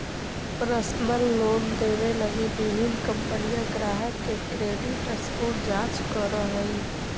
personal loan देवे लगी विभिन्न कंपनि ग्राहक के क्रेडिट स्कोर जांच करऽ हइ